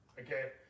okay